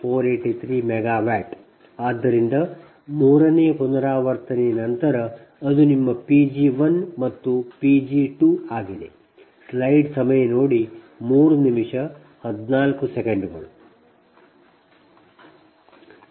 483 MW ಆದ್ದರಿಂದ ಮೂರನೇ ಪುನರಾವರ್ತನೆಯ ನಂತರ ಅದು ನಿಮ್ಮ P g1 ಮತ್ತು P g2 ಆಗಿದೆ